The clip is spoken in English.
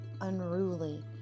unruly